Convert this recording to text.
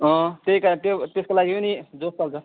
अँ त्यही कारण त्यो त्यसको लागि पनि जाउँ एकपल्ट